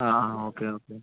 ആ ആ okay okay